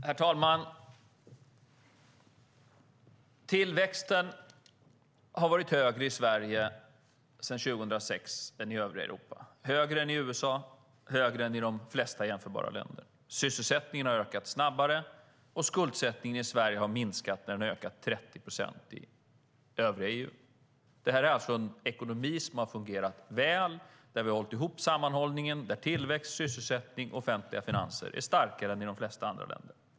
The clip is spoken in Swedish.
Herr talman! Tillväxten har sedan 2006 varit högre i Sverige än i övriga Europa. Den har varit högre än i USA och i de flesta jämförbara länder. Sysselsättningen har ökat snabbare, och skuldsättningen i Sverige har minskat när den har ökat med 30 procent i övriga EU. Detta är en ekonomi som har fungerat väl, där vi har behållit sammanhållningen och där tillväxt, sysselsättning och offentliga finanser är starkare än i de flesta andra länder.